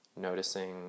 noticing